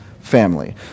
family